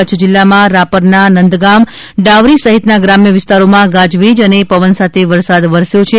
કચ્છ જિલ્લામાં રાપરના નંદગામ ડાવરી સહિતના શ્રામ્ય વિસ્તારોમાં ગાજવીજ અને પવન સાથે વરસાદ વરસ્યો છે